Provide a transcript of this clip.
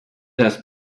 has